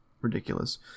ridiculous